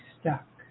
stuck